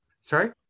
Sorry